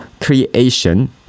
creation